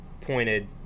pointed